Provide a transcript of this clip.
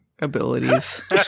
abilities